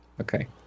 Okay